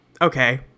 Okay